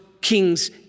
kings